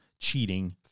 Cheating